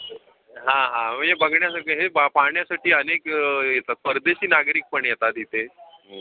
हां हां म्हणजे हे बघण्यासाठी हे पाहण्यासाठी अनेक येतात परदेशी नागरिक पण येतात इथे